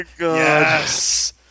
Yes